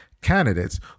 Candidates